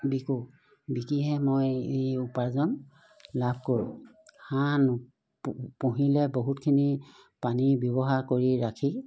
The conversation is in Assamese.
বিকোঁ বিকিহে মই এই উপাৰ্জন লাভ কৰোঁ হাঁহ পু পুহিলে বহুতখিনি পানী ব্যৱহাৰ কৰি ৰাখি